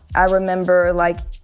i remember, like,